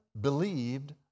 believed